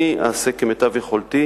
אני אעשה כמיטב יכולתי,